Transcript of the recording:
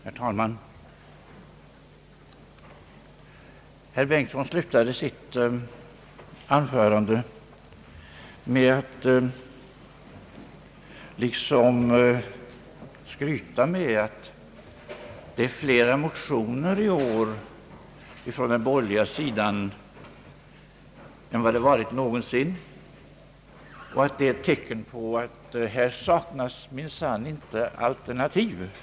Herr talman! Herr Bengtson avslutade sitt anförande med att liksom skryta med att det i år avlämnats flera motioner från den borgerliga sidan än någonsin tidigare och att det är ett tecken på att alternativ för väljarna minsann inte saknas.